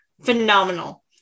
phenomenal